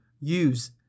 use